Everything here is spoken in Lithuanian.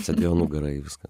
sėdėjo nugara į viską